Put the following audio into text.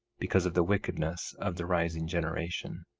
because of the wickedness of the rising generation.